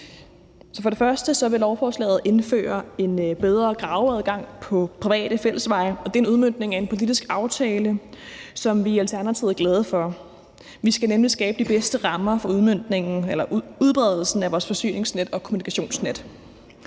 For det første vil lovforslaget indføre en bedre graveadgang på private fællesveje, og det er en udmøntning af en politisk aftale, som vi i Alternativet er glade for. Vi skal nemlig skabe de bedste rammer for udbredelsen af vores forsyningsnet og kommunikationsnet.